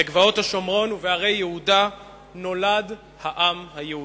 בגבעות השומרון ובהרי יהודה נולד העם היהודי.